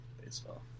baseball